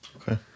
Okay